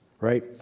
right